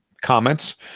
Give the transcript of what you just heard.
comments